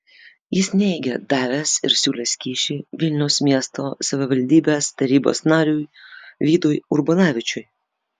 jis neigė davęs ir siūlęs kyšį vilniaus miesto savivaldybės tarybos nariui vidui urbonavičiui